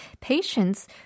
patients